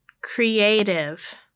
creative